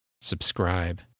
Subscribe